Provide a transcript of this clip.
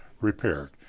repaired